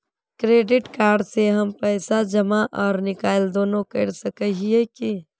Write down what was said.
Credit card से हम पैसा जमा आर निकाल दोनों कर सके हिये की?